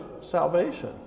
salvation